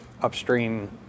upstream